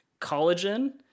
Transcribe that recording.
collagen